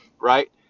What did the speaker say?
Right